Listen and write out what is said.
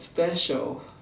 special